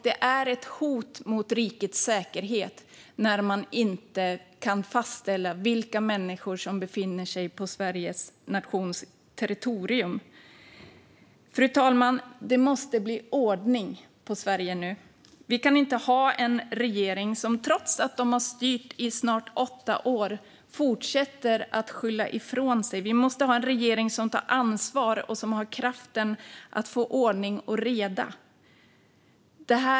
Det är ett hot mot rikets säkerhet när man inte kan fastställa vilka människor som befinner sig på Sveriges nations territorium. Fru talman! Det måste bli ordning i Sverige nu. Vi kan inte ha en regering som trots att de har styrt i snart åtta år fortsätter att skylla ifrån sig. Vi måste ha en regering som tar ansvar och som har kraften att skapa ordning och reda.